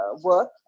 work